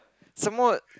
some more